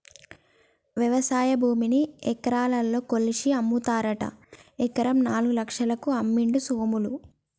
వ్యవసాయ భూమిని ఎకరాలల్ల కొలిషి అమ్ముతారట ఎకరం నాలుగు లక్షలకు అమ్మిండు సోములు